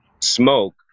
smoke